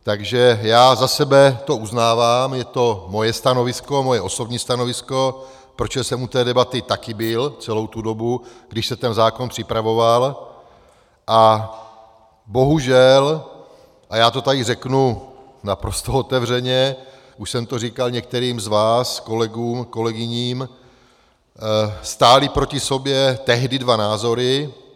Takže já za sebe to uznávám, je to moje stanovisko, moje osobní stanovisko, protože jsem u té debaty také byl, celou tu dobu, když se ten zákon připravoval, a bohužel, a já to tady řeknu naprosto otevřeně, už jsem to říkal některým z vás, kolegům a kolegyním, stály proti sobě tehdy dva názory.